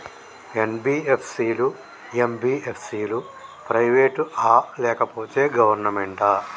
NBFC లు, MBFC లు private ఆ లేకపోతే గవర్నమెంటా?